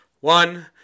one